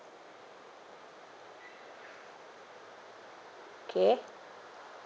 okay